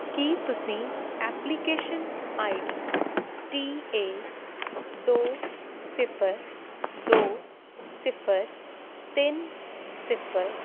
ਕੀ ਤੁਸੀਂ application I D T A ਦੋ ਸਿਫ਼ਰ ਦੋ ਸਿਫ਼ਰ ਤਿੰਨ ਸਿਫ਼ਰ